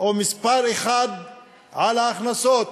או מספר אחד על ההכנסות,